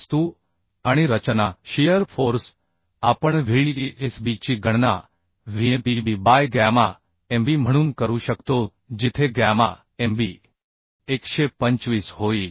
वस्तू आणि रचना शियर फोर्स आपण Vdsb ची गणना Vnpb बाय गॅमा mb म्हणून करू शकतो जिथे गॅमा mb 125 होईल